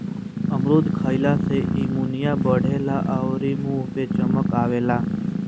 अमरूद खइला से इमुनिटी बढ़ेला अउरी मुंहे पे चमक आवेला